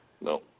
No